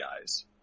eyes